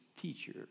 teacher